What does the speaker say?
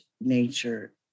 nature